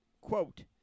quote